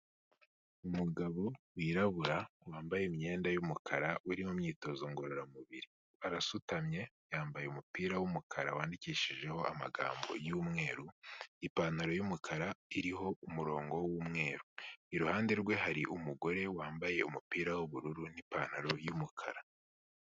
Umugabo wirabura wambaye imyenda y'umukara uri mu myitozo ngororamubiri, arasutamye yambaye umupira w'umukara wandikishijeho amagambo y'umweru, ipantaro y'umukara iriho umurongo w'umweru, iruhande rwe hari umugore wambaye umupira w'ubururu n'ipantaro y'umukara.